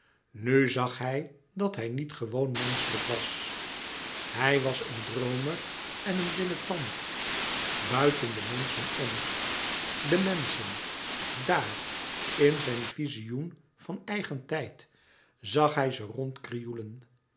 nu zag hij dat hij niet gewoon menschelijk was hij was een droomer en een dilettant buiten de menschen om de menschen dààr in zijn vizioen van eigen tijd zag hij ze rond krioelen